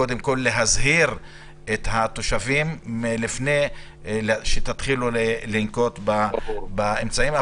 קודם כל להזהיר את התושבים לפני שתתחילו לנקוט באמצעים האלה.